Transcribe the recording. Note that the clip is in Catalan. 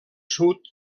sud